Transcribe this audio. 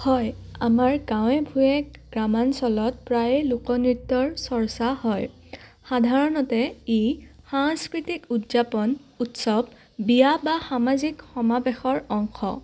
হয় আমাৰ গাঁৱে ভূঞে গ্ৰাম্যাঞ্চলত প্ৰায়ে লোকনৃত্যৰ চৰ্চা হয় সাধাৰণতে ই সাংস্কৃতিক উদযাপন উৎসৱ বিয়া বা সামাজিক সমাৱেশৰ অংশ